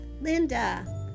Linda